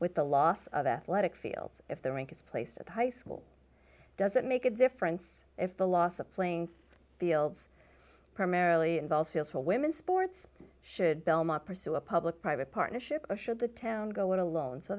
with the loss of athletic fields if their rank is placed at high school does it make a difference if the loss of playing fields primarily involves fields for women sports should belmont pursue a public private partnership should the town go it alone so